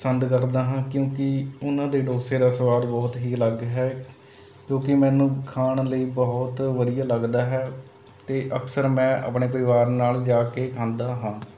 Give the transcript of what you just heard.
ਪਸੰਦ ਕਰਦਾ ਹਾਂ ਕਿਉਂਕਿ ਉਹਨਾਂ ਦੇ ਡੋਸੇ ਦਾ ਸਵਾਦ ਬਹੁਤ ਹੀ ਅਲੱਗ ਹੈ ਜੋ ਕਿ ਮੈਨੂੰ ਖਾਣ ਲਈ ਬਹੁਤ ਵਧੀਆ ਲੱਗਦਾ ਹੈ ਅਤੇ ਅਕਸਰ ਮੈਂ ਆਪਣੇ ਪਰਿਵਾਰ ਨਾਲ਼ ਜਾ ਕੇ ਖਾਂਦਾ ਹਾਂ